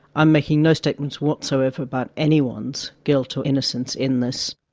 i'm making no statements whatsoever about anyone's guilt or innocence in this.